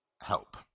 help